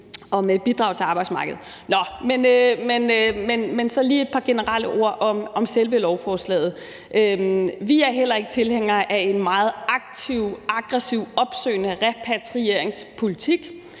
om at bidrage til arbejdsmarkedet. Nå, men jeg har lige et par generelle ord om selve lovforslaget. Vi er heller ikke tilhængere af en meget aktivt og aggressivt opsøgende repatrieringspolitik.